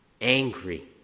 angry